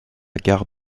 gare